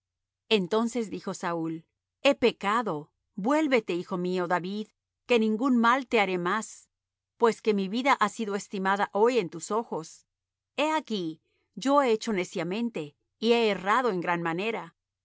pecado vuélvete hijo mío david que ningún mal te haré más pues que mi vida ha sido estimada hoy en tus ojos he aquí yo he hecho neciamente y he errado en gran manera